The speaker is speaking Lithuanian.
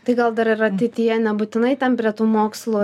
tai gal dar ir ateityje nebūtinai ten prie tų mokslų